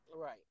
Right